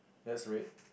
that's red